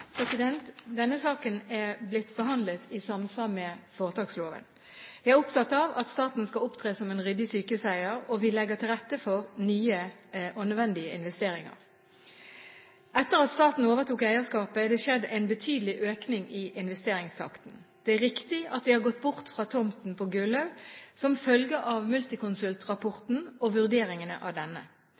Denne saken er blitt behandlet i samsvar med foretaksloven. Jeg er opptatt av at staten skal opptre som en ryddig sykehuseier, og vi legger til rette for nye og nødvendige investeringer. Etter at staten overtok eierskapet, er det skjedd en betydelig økning i investeringstakten. Det er riktig at vi har gått bort fra tomten på Gullaug som følge av Multiconsult-rapporten og vurderingene av denne.